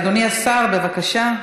אדוני השר, בבקשה,